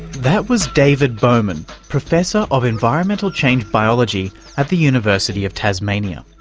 that was david bowman, professor of environmental change biology at the university of tasmania.